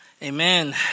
Amen